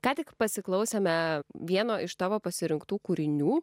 ką tik pasiklausėme vieno iš tavo pasirinktų kūrinių